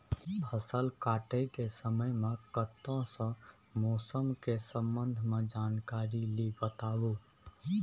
फसल काटय के समय मे कत्ते सॅ मौसम के संबंध मे जानकारी ली बताबू?